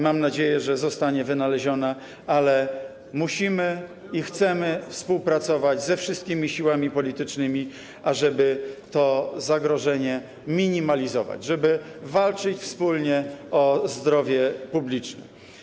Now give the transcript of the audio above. Mam nadzieję, że zostanie wynaleziona, ale musimy i chcemy współpracować ze wszystkimi siłami politycznymi, ażeby to zagrożenie minimalizować, żeby walczyć wspólnie o zdrowie publiczne.